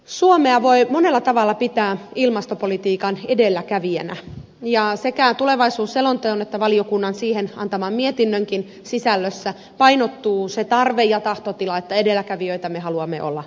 suomea voi monella tavalla pitää ilmastopolitiikan edelläkävijänä ja sekä tulevaisuusselonteon että valiokunnan siihen antaman mietinnönkin sisällössä painottuu se tarve ja tahtotila että edelläkävijöitä me haluamme olla jatkossakin